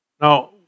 Now